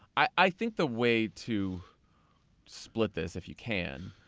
i think the way to split this, if you can,